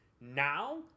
Now